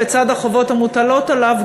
בצד החובות המוטלות עליו,